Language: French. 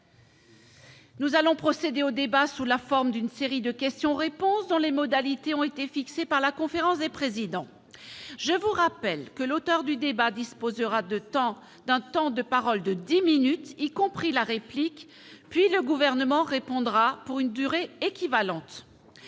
Nous allons procéder au débat sous la forme d'une série de questions-réponses, dont les modalités ont été fixées par la conférence des présidents. L'orateur du groupe qui a demandé ce débat disposera d'un temps de parole de dix minutes, y compris la réplique, puis le Gouvernement répondra pour une durée équivalente.